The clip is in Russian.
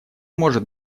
может